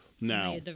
Now